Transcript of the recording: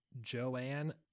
joanne